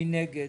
מי נגד?